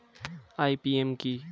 IPM কি?